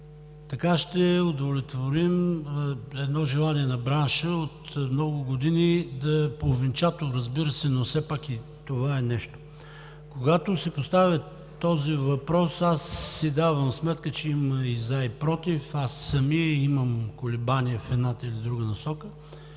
Така ще удовлетворим едно желание на бранша от много години, половинчато, разбира се, но все пак и това е нещо. Когато се поставя този въпрос, аз си давам сметка, че има и „за“, и „против“. Аз самият имам колебания в едната или другата насока,